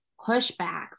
pushback